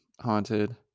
haunted